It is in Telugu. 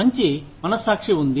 మంచి మనస్సాక్షి ఉంది